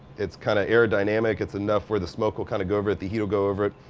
it's kind of aerodynamic, it's enough where the smoke will kind of go over it, the heat'll go over it.